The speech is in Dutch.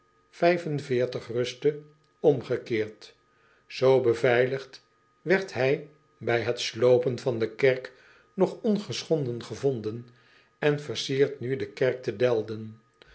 rustte omgekeerd beveiligd werd hij bij het sloopen van de kerk nog ongeschonden gevonden en versiert nu de kerk te elden